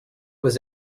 was